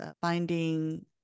finding